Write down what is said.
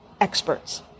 experts